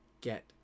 get